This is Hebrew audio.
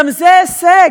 גם זה הישג,